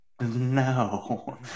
no